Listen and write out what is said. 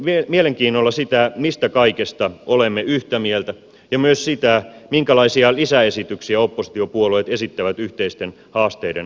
odotan mielenkiinnolla sitä mistä kaikesta olemme yhtä mieltä ja myös sitä minkälaisia lisäesityksiä oppositiopuolueet esittävät yhteisten haasteiden ratkaisemiseksi